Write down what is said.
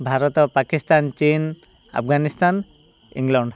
ଭାରତ ପାକିସ୍ତାନ୍ ଚୀନ୍ ଆଫଗାନିସ୍ତାନ୍ ଇଂଲଣ୍ଡ୍